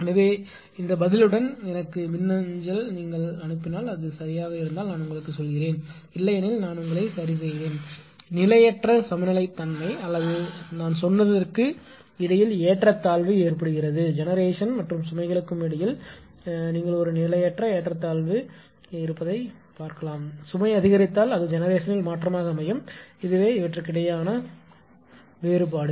எனவே இந்த பதிலுடன் எனக்கு மின்னஞ்சலில் அனுப்பினால் அது யாக இருந்தால் நான் உங்களுக்குச் சொல்கிறேன் இல்லையெனில் நான் உங்களைச் செய்வேன் நிலையற்ற சமநிலையின்மை அல்லது நான் சொன்னதற்கு இடையில் ஏற்றத்தாழ்வு ஏற்படுகிறது ஜெனெரேஷன் மற்றும் சுமைகளுக்கும் இடையில் நீங்கள் ஒரு நிலையற்ற ஏற்றத்தாழ்வு இருக்கும் சுமை அதிகரித்தால் அது ஜெனெரேஷனில் மாற்றமாக அமையும் இதுவே இவற்றிக்கிடையேயான வேறுபாடு